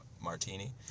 martini